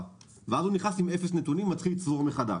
ואז הוא נכנס עם אפס נתונים ומתחיל לצבור מחדש.